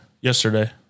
Yesterday